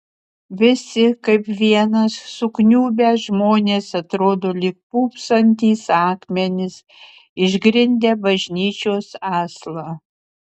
visi kaip vienas sukniubę žmonės atrodo lyg pūpsantys akmenys išgrindę bažnyčios aslą